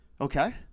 Okay